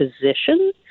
position